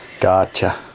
gotcha